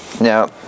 Now